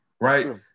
right